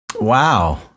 Wow